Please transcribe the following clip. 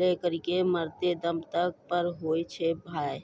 लै करिकॅ मरते दम तक पर होय छै भाय